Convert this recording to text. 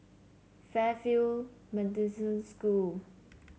Fairfield Methodist School